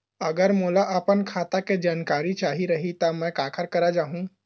अगर मोला अपन खाता के जानकारी चाही रहि त मैं काखर करा जाहु?